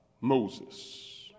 Moses